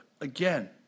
again